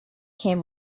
came